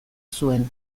zuen